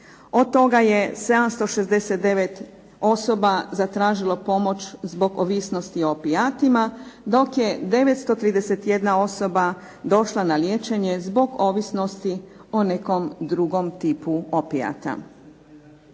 Od toga je 769 osoba zatražilo pomoć zbog ovisnosti o opijatima, do je 931 osoba došla na liječenje zbog ovisnosti o nekom drugom tipu opijata.